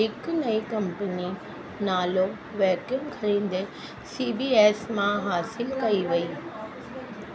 हिकु नई कंपनी नालो वेक्यूम ख़रीदे सी बी एस मां हासिलु कई वई